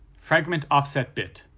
fragment offset bit.